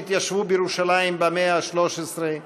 שהתיישבו בירושלים במאה ה-13,